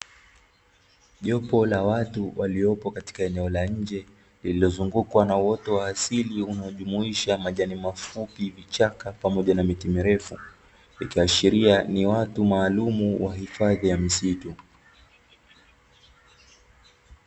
Jopo la watu waliopo katika eneo la nje lililozungukwa na uoto wa asili unaojumuisha majani mafupi vichaka pamoja na miti mirefu ikiashiria ni watu maalumu wa hifadhi ya misitu.